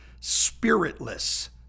spiritless